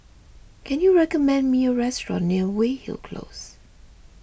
can you recommend me a restaurant near Weyhill Close